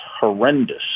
horrendous